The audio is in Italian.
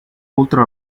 oltre